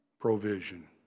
Provision